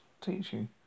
teaching